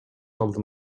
алдым